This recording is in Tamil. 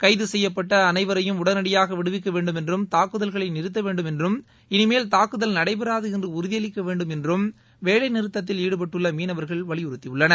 கைது செய்யப்பட்ட அனைவரையும் உடனடியாக விடுவிக்க வேண்டுமென்றும் தாக்குதல்களை நிறுத்த வேண்டும் என்றும் இனிமேல் தாக்குதல் நடைபெறாது என்று உறுதியளிக்க வேண்மென்றும் வேலைநிறுத்தத்தில் ஈடுபட்டுள்ள மீனவர்கள் வலியுறுத்தியுள்ளனர்